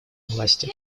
власти